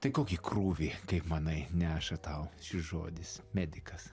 tai kokį krūvį kaip manai neša tau šis žodis medikas